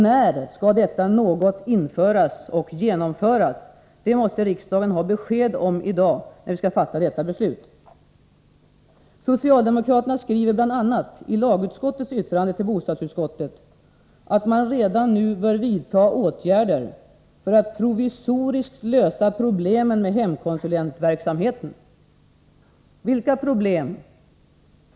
När skall detta något införas och genomföras? Det måste riksdagen ha besked om i dag. Socialdemokraterna skriver, bl.a. i lagutskottets yttrande till bostadsutskottet, att man redan nu bör vidta åtgärder för att provisoriskt lösa problemen med hemkonsulentverksamheten. Vilka problem?